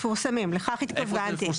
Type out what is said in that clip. מפורסמים, לכך התכוונתי.